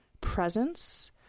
presence